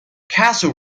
castle